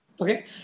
Okay